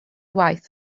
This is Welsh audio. waith